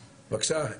בבקשה.